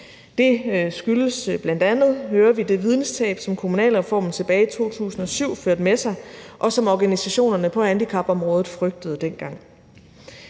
Det skyldes bl.a., hører vi, det videnstab, som kommunalreformen tilbage i 2007 førte med sig, og som organisationerne på handicapområdet frygtede dengang.